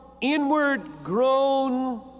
inward-grown